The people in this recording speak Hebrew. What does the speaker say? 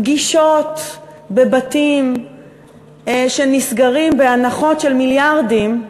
פגישות בבתים שנסגרות בהנחות של מיליארדים,